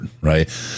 right